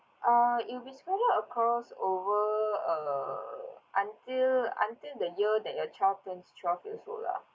uh it'll be spreading across over uh until until the year that your child turns twelve years old lah